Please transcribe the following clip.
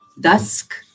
Dusk